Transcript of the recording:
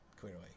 clearly